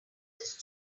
this